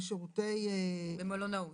במלונאות למשל'.